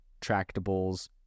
tractable's